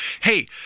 Hey